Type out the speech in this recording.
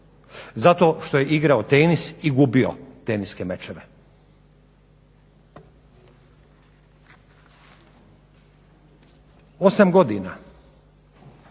zato što je igrao tenis i gubio teniske mečeve. Osam godina